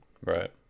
Right